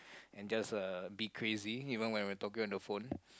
and just uh be crazy even when we are talking on the phone